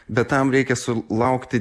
bet tam reikia sulaukti